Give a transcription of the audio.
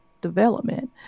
development